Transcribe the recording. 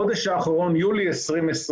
בחודש האחרון, יולי 2020,